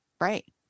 Right